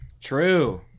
True